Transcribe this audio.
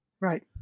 Right